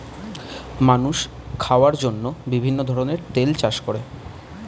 মানুষ খাওয়ার জন্য বিভিন্ন ধরনের তেল চাষ করে